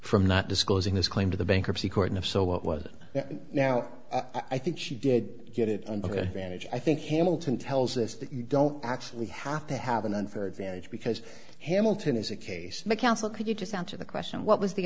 from not disclosing this claim to the bankruptcy court and if so what was it now i think she did get it under manage i think hamilton tells us that you don't actually have to have an unfair advantage because hamilton is a case macalso could you just answer the question what was the